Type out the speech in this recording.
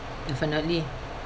definitely